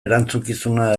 erantzukizuna